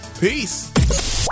peace